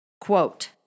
Quote